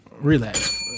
Relax